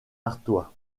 artois